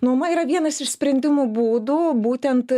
nuoma yra vienas iš sprendimų būdų būtent